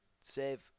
save